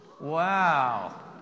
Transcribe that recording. Wow